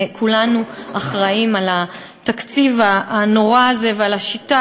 כולנו אחראים לתקציב הנורא הזה ולשיטה